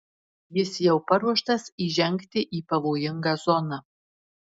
jis jau paruoštas įžengti į pavojingą zoną